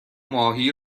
ماهی